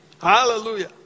hallelujah